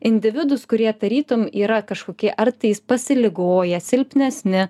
individus kurie tarytum yra kažkokie ar tais pasiligoję silpnesni